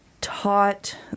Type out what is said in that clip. taught